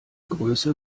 größe